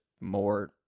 more